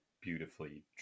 beautifully